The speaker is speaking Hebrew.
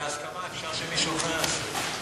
זה בהסכמה, אפשר שמישהו אחר יעשה את זה.